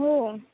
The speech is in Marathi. हो हो